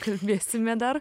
kalbėsime dar